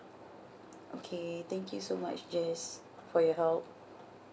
okay thank you so much jess for your help